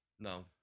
No